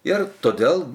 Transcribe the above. ir todėl